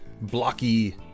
Blocky